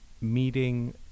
meeting